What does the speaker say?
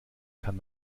kann